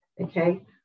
okay